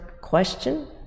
question